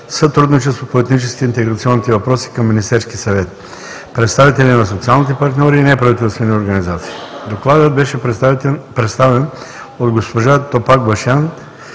сътрудничество по етническите и интеграционните въпроси към Министерския съвет, представители на социалните партньори и неправителствени организации. Докладът беше представен от госпожа Топакбашиян